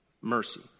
Mercy